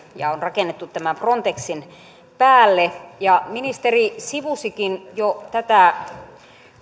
ja on rakennettu tämän frontexin päälle ja ministeri sivusikin jo tätä